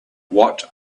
what